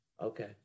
Okay